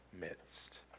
midst